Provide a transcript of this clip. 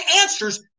answers